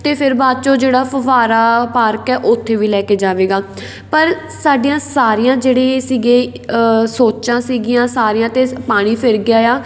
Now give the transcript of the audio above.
ਅਤੇ ਫਿਰ ਬਾਅਦ ਚੋਂ ਜਿਹੜਾ ਫੁਹਾਰਾ ਪਾਰਕ ਹੈ ਉੱਥੇ ਵੀ ਲੈ ਕੇ ਜਾਵੇਗਾ ਪਰ ਸਾਡੀਆਂ ਸਾਰੀਆਂ ਜਿਹੜੇ ਸੀਗੇ ਸੋਚਾਂ ਸੀਗੀਆਂ ਸਾਰੀਆਂ 'ਤੇ ਪਾਣੀ ਫਿਰ ਗਿਆ ਆ